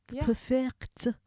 Perfect